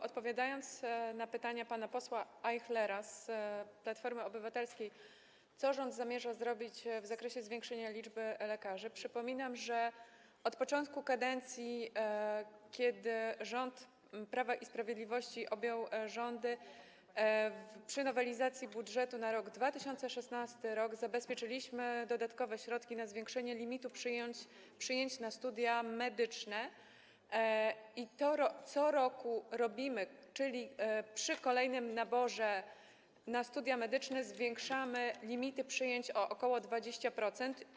Odpowiadając na pytanie pana posła Ajchlera z Platformy Obywatelskiej, co rząd zamierza zrobić w zakresie zwiększenia liczby lekarzy, przypominam, że od początku kadencji, kiedy rząd Prawa i Sprawiedliwości objął rządy, przy nowelizacji budżetu na rok 2016 zabezpieczyliśmy dodatkowe środki na zwiększenie limitu przyjęć na studia medyczne i to robimy co roku, czyli przy kolejnym naborze na studia medyczne zwiększamy limity przyjęć o ok. 20%.